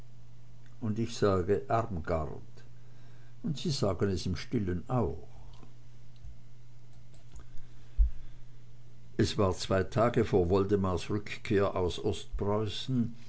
und ich sage armgard und sie sagen es im stillen auch es war zwei tage vor woldemars rückkehr aus ostpreußen